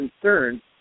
concerns